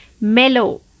mellow